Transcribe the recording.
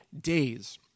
days